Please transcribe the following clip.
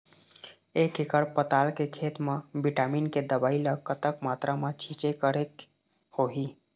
एक एकड़ पताल के खेत मा विटामिन के दवई ला कतक मात्रा मा छीचें करके होही?